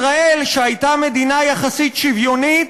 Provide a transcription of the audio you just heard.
ישראל, שהייתה מדינה יחסית שוויונית,